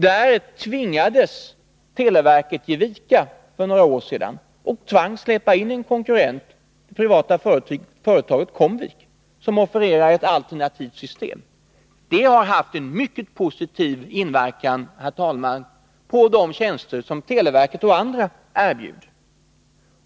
Där tvingades televerket för några år sedan ge vika och tvangs släppa in en konkurrent, det privata företaget Comvik, som offererar ett alternativt system. Det har haft en mycket positiv inverkan på de tjänster som televerket och andra erbjuder.